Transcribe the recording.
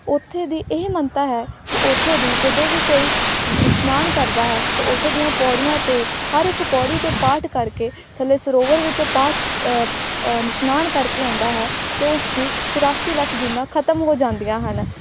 ਉੱਥੇ ਦੀ ਇਹ ਮਾਨਤਾ ਹੈ ਕਿ ਉੱਥੋਂ ਦੀ ਜਦੋਂ ਵੀ ਕੋਈ ਇਸ਼ਨਾਨ ਕਰਦਾ ਹੈ ਤਾਂ ਉੱਥੋਂ ਦੀਆਂ ਪੌੜੀਆਂ 'ਤੇ ਹਰ ਇੱਕ ਪੌੜੀ 'ਤੇ ਪਾਠ ਕਰਕੇ ਥੱਲੇ ਸਰੋਵਰ ਵਿੱਚੋਂ ਪਾਠ ਇਸ਼ਨਾਨ ਕਰਕੇ ਆਉਂਦਾ ਹੈ ਅਤੇ ਉਸਦੀ ਚੁਰਾਸੀ ਲੱਖ ਜੂਨਾਂ ਖਤਮ ਹੋ ਜਾਂਦੀਆਂ ਹਨ